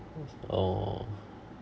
oh